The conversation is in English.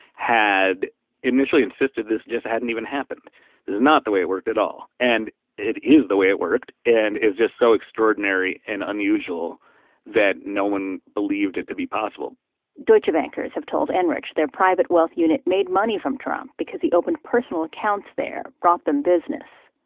had initially insisted this just hadn't even happened. this is not the way it worked at all. and it is the way it worked, and it is just so extraordinary and unusual that no one believed it to be possible deutsche bankers have told enrich their private wealth unit made money from trump because he opened personal accounts there, brought them business.